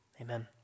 amen